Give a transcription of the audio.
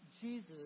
Jesus